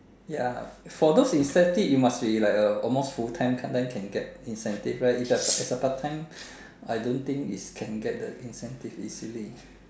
ya for those incentive you must be like a almost full time sometime can get incentive right is a is a part time I don't think is can get the incentive easily